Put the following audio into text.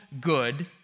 good